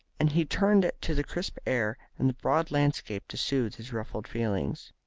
and he turned to the crisp air and the broad landscape to soothe his ruffled feelings.